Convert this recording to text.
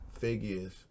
figures